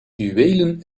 juwelen